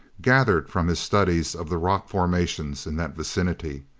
gathered from his studies of the rock formations in that vicinity.